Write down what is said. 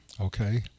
Okay